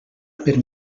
per